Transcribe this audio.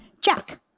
Jack